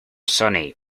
sunny